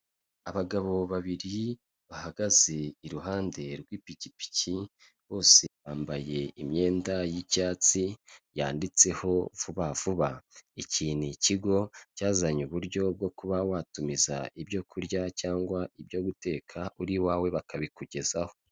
Abagabo babiri bahagaze iruhande rw'ipikipiki bose bambaye imyenda y'icyatsi yanditseho vuba vuba, iki ni ikigo cyazanye uburyo bwo kuba watumiza ibyo kurya cyangwa ibyo guteka uri iwawe bakabikugezaho.